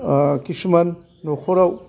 खिसुमान न'खराव